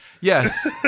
Yes